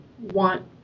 want